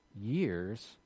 years